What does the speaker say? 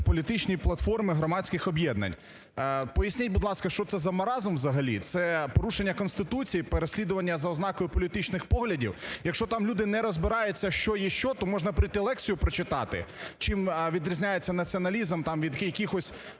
політичній платформі громадських об'єднань. Поясніть, будь ласка, що це за маразм взагалі. Це порушення Конституції, переслідування за ознакою політичних поглядів. Якщо там люди не розбираються, що є що, то можна прийти лекцію прочитати, чим відрізняється націоналізм від якихось